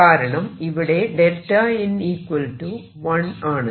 കാരണം ഇവിടെ n 1 ആണ്